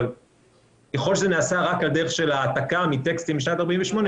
אבל ככל שזה נעשה רק על דרך של העתקה מטקסטים משנת 1948,